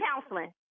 counseling